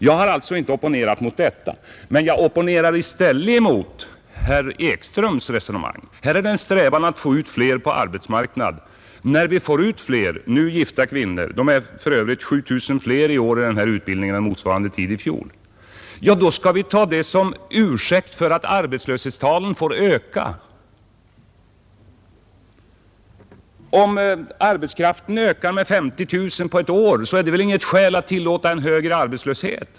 Jag har alltså inte opponerat mot denna utbildning, men jag opponerar i stället emot herr Ekströms resonemang. Här är det en strävan att få ut fler gifta kvinnor på arbetsmarknaden. Men när detta lyckas — de gifta kvinnorna är för övrigt 7000 fler i år i denna utbildning än vid motsvarande tidpunkt i fjol — då skall vi ta det som ursäkt för att arbetslöshetstalet får öka. Om arbetskraften ökar med 50 000 personer på ett år är det väl inget skäl att tillåta större arbetslöshet.